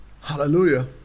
hallelujah